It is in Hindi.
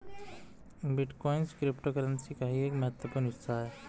बिटकॉइन क्रिप्टोकरेंसी का ही एक महत्वपूर्ण हिस्सा है